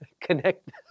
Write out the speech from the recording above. connect